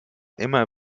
immer